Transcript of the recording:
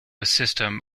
system